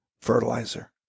fertilizer